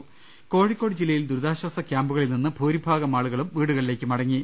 രുട്ട്ട്ട്ടിട്ട കോഴിക്കോട് ജില്ലയിൽ ദുരിതാശ്വാസ ക്യാമ്പുകളിൽ നിന്ന് ഭൂരിഭാഗം ആളുകളും വീടുകളിലേക്ക് മടങ്ങി